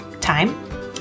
time